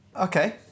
Okay